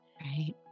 Right